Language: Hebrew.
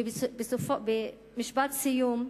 ומשפט סיום: